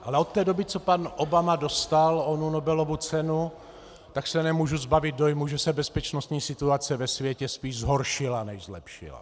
Ale od té doby, co pan Obama dostal onu Nobelovu cenu, tak se nemůžu zbavit dojmu, že se bezpečnostní situace ve světě spíš zhoršila než zlepšila.